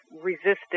resisted